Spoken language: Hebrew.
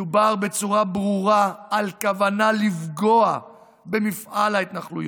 מדובר בצורה ברורה על כוונה לפגוע במפעל ההתנחלויות,